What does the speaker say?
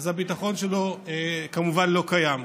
אז הביטחון שלו כמובן לא קיים.